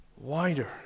Wider